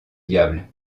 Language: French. diable